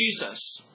Jesus